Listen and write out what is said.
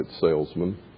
salesman